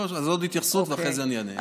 אז עוד התייחסות, ואחרי זה אני אענה.